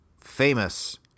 famous